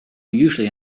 usually